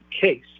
case